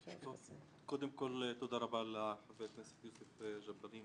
קודם כל תודה רבה לחבר הכנסת יוסף ג'בארין